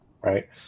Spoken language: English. right